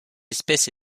espèce